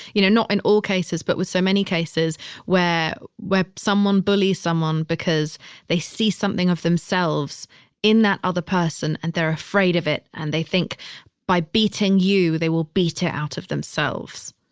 you know, not in all cases, but with so many cases where, where someone bully someone because they see something of themselves in that other person and they're afraid of it. and they think by beating you, they will beat it out of themselves.